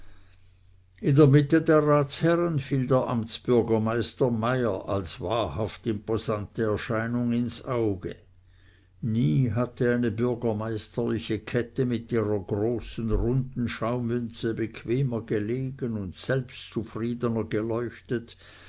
in der mitte der ratsherren fiel der amtsbürgermeister meyer als wahrhaft imposante erscheinung ins auge nie hatte eine bürgermeisterliche kette mit ihrer großen runden schaumünze bequemer gelegen und selbstzufriedener geleuchtet